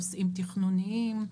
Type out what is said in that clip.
נושאים תכנוניים,